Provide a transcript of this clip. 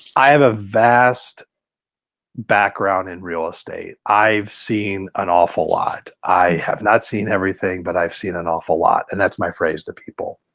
i have a vast background in real estate, i've seen an awful lot. i have not seen everything but i've seen an awful lot and that's my phrase to people.